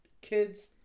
kids